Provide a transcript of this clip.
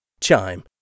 Chime